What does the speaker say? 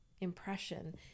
impression